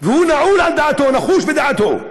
והוא נעול על דעתו, נחוש בדעתו.